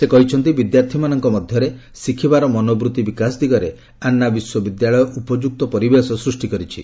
ସେ କହିଛନ୍ତି ବିଦ୍ୟାର୍ଥୀମାନଙ୍କ ମଧ୍ୟରେ ଶିଖିବାର ମନୋବୃତ୍ତି ବିକାଶ ଦିଗରେ ଆନ୍ନା ବିଶ୍ୱବିଦ୍ୟାଳୟ ଉପଯୁକ୍ତ ପରିବେଶ ସୃଷ୍ଟି କରିଛି